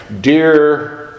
dear